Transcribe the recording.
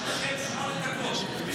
אדוני היושב-ראש, זה